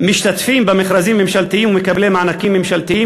משתתפים במכרזים ממשלתיים ומקבלי מענקים ממשלתיים